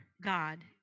God